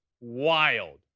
wild